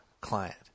client